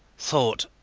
thought.